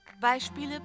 Beispiele